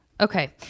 Okay